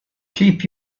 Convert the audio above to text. keep